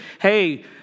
hey